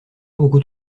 beaucoup